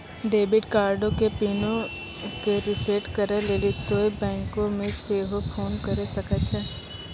debit कार्डो के पिनो के रिसेट करै लेली तोंय बैंको मे सेहो फोन करे सकै छो